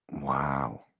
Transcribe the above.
Wow